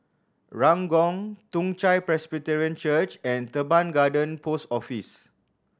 Ranggung Toong Chai Presbyterian Church and Teban Garden Post Office